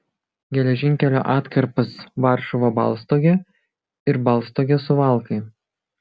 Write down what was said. geležinkelio atkarpas varšuva baltstogė ir baltstogė suvalkai